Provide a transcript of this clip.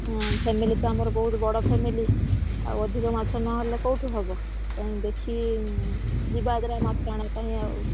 ହଁ ହେଲେ ବି ତ ଆମର ବହୁତ ବଡ଼ ଫ୍ୟାମିଲି ଆଉ ଅଧିକ ମାଛ ନହେଲେ କେଉଁଠୁ ହବ ତେଣୁ ଦେଖି ଯିବା ଆଗରେ ମାଛ ଆଣିବା ପାଇଁ ଆଉ